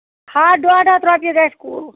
ہَتھ ڈۅڈ ہَتھ رۄپیہِ گژھِ کُل